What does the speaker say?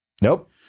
Nope